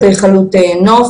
אדריכלות נוף,